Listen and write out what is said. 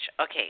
Okay